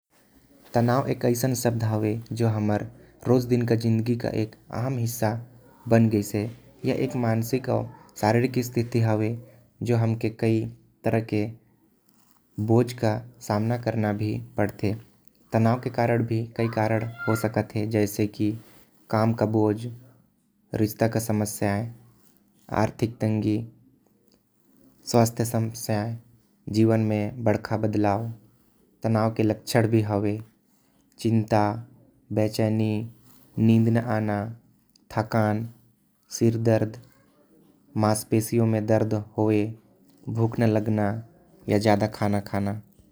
तनाव ऐसा शब्द हवे जो हमर जिंदगी के आम हिस्सा बन गयस हवे। ये हमन ल मानसिक अउ शारारिक होथे। तनाव के बहुत कारण हो सकत हवे काम के भोझ रिश्ता म तनाव। आर्थिक तंगी स्वास्थ्य समस्या अउ। जीवन म बड़का बदलाव। तनाव के लक्षण हवे थकान सिर दर्द। नींद नही आथे अउ भुको नही लागथे।